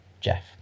Jeff